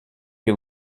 que